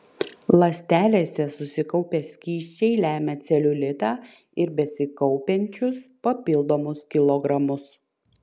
ląstelėse susikaupę skysčiai lemia celiulitą ir besikaupiančius papildomus kilogramus